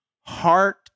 heart